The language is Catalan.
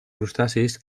crustacis